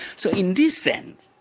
so in this sense,